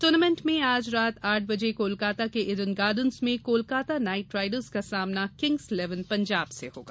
tournament में आज रात आठ बजे कोलकाता के ईडन गार्डेन्स में कोलकाता नाइट राइडर्स का सामना किंग्स इलेवन पंजाब से होगा